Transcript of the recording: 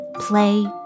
Play